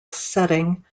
setting